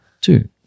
two